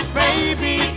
baby